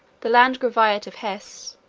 the landgraviate of hesse,